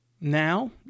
Now